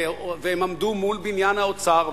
והם עמדו מול בניין האוצר,